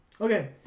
Okay